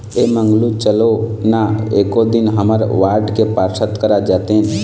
ऐ मंगलू चलो ना एको दिन हमर वार्ड के पार्षद करा जातेन